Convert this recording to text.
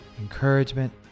encouragement